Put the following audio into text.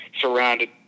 surrounded